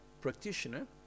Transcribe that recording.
practitioner